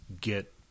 get